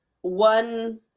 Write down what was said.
one